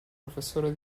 professore